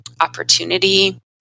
opportunity